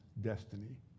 destiny